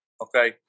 Okay